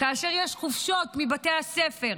כאשר יש חופשות מבתי הספר,